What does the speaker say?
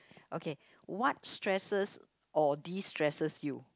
okay what stresses or distresses you